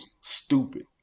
stupid